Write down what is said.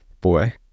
Boy